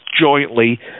jointly